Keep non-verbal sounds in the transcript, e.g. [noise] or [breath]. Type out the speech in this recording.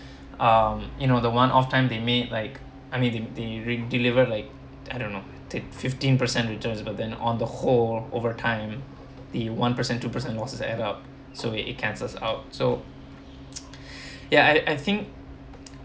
um you know the one-off time they made like I mean they they ring delivered like I don't know take fifteen per cent returns but then on the whole over time the one per cent two per cent losses add up so it it cancels out so [noise] [breath] ya I I think